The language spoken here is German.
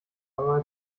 aber